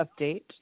update